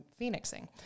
phoenixing